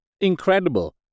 incredible